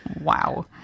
Wow